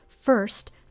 first